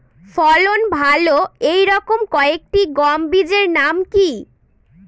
ফলন ভালো এই রকম কয়েকটি গম বীজের নাম কি?